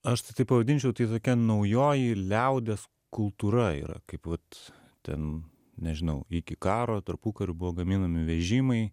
aš tai tai pavadinčiau tai tokia naujoji liaudies kultūra yra kaip vat ten nežinau iki karo tarpukariu buvo gaminami vežimai